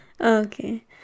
Okay